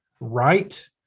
right